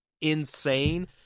insane